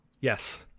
Yes